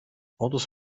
autos